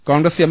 Congress M